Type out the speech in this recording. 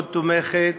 מאוד תומכת,